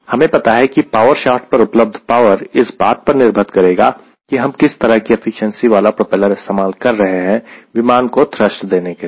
हमें पता है की पावर शाफ्ट पर उपलब्ध पावर इस बात पर निर्भर करेगा की हम किस तरह की एफिशिएंसी वाला प्रोपेलर इस्तेमाल कर रहे हैं विमान को थ्रस्ट देने के लिए